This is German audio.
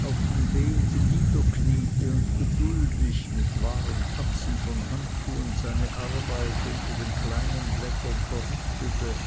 auf den beeten niederkniete und geduldig mit wahren tatzen von handschuhen seine arbeit unter den kleinen blättern verrichtete